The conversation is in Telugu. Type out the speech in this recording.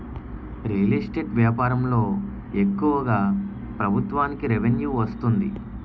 రియల్ ఎస్టేట్ వ్యాపారంలో ఎక్కువగా ప్రభుత్వానికి రెవెన్యూ వస్తుంది